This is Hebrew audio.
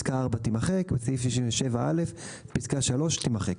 תימחק, בסעיף 67(א), פסקה (3) תימחק.